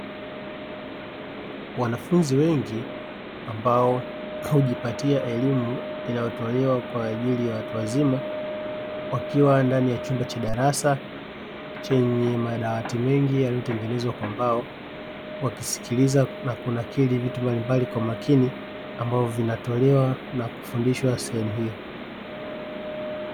Wanafunzi wengi hujipatia elimu inayotolewa kwa ajili ya watu wazima wakiwa ndani ya chumba cha darasa chenye madawati mengi yaliyotengenezwa kwa mbao, wakisikiliza na kunakili vitu mbalimbali kwa makini ambavyo vinatolewa na kufundishwa sehemu hiyo.